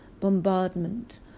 bombardment